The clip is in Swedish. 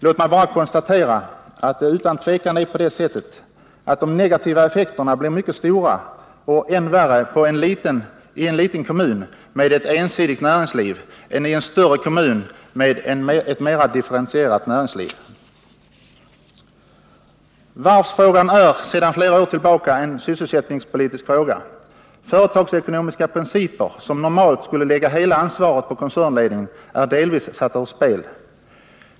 Låt mig bara konstatera att det utan tvivel är på det sättet att de negativa effekterna blir mycket stora — och de blir större i en liten kommun med ett ensidigt näringsliv än i en större kommun med ett mera differentierat näringsliv. Varvsfrågan är sedan flera år tillbaka en sysselsättningspolitisk fråga. Företagsekonomiska principer som normalt skulle lägga hela ansvaret på koncernledningen är delvis satta ur spel.